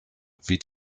wie